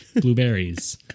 blueberries